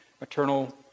maternal